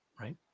right